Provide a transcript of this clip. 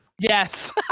Yes